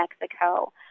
Mexico